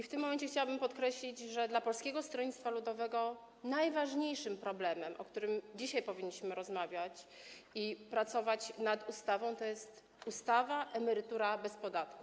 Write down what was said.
W tym momencie chciałabym podkreślić, że dla Polskiego Stronnictwa Ludowego najważniejszym problemem, o którym dzisiaj powinniśmy rozmawiać, pracując nad ustawą, jest ustawa emerytura bez podatku.